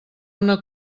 una